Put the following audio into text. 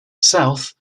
south